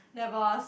never ask